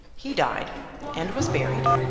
he died and was buried,